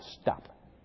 Stop